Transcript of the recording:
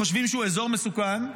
חושבים שהוא אזור מסוכן,